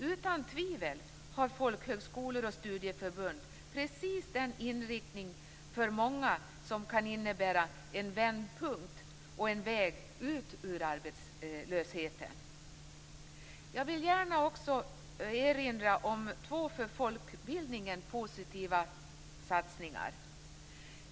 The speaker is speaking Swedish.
Utan tvivel har folkhögskolor och studieförbund precis den inriktning som för många kan innebära en vändpunkt och en väg ut ur arbetslösheten. Jag vill gärna också erinra om två för folkbildningen positiva satsningar.